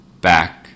back